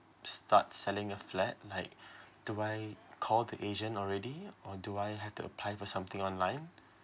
start selling a flat like do I call the agent already or do I have to apply for something online